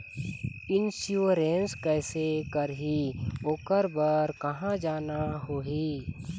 Insurance कैसे करही, ओकर बर कहा जाना होही?